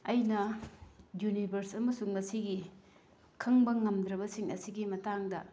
ꯑꯩꯅ ꯌꯨꯅꯤꯕ꯭ꯔꯁ ꯑꯃꯁꯨꯡ ꯉꯁꯤꯒꯤ ꯈꯪꯕ ꯉꯝꯗ꯭ꯔꯕꯁꯤꯡ ꯑꯁꯤꯒꯤ ꯃꯇꯥꯡꯗ